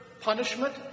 punishment